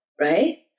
right